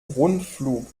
rundflug